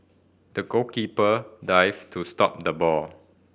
the goalkeeper dived to stop the ball